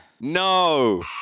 No